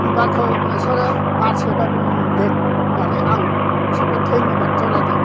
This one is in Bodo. बिबारखौ नोंसोरो बारसेबाबो मोनगोन होननानै आं बिसोरखौ थयन'बाद जनायदों